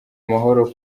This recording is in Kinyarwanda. mahoro